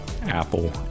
Apple